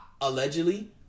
allegedly